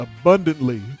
abundantly